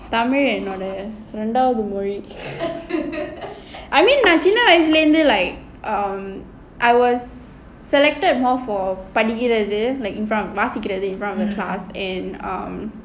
tamil என்னோட:ennoda tamil ரெண்டாவது மொழி:rendaavathu mozhi tamil I mean நான் சின்ன வயசுல இருந்தே:naan chinna vayasula irunthae like um படிக்கிறது:padikkurathu I was selected more for வாசிக்கிறது:vaasikirathu in front of like in front of the class and um